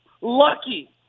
Lucky